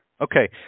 Okay